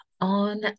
on